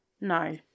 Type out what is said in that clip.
No